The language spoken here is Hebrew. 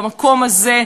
במקום הזה,